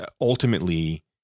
ultimately